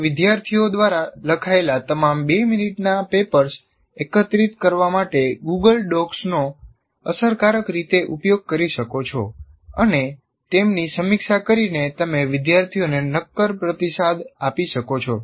તમે વિદ્યાર્થીઓ દ્વારા લખાયેલા તમામ 2 મિનિટના પેપર્સ એકત્રિત કરવા માટે ગૂગલ ડોક્સનો અસરકારક રીતે ઉપયોગ કરી શકો છો અને તેમની સમીક્ષા કરીને તમે વિદ્યાર્થીઓને નક્કર પ્રતિસાદ આપી શકશો